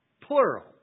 Plural